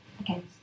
Okay